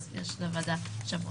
אז יש לוועדה שבוע.